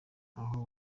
aho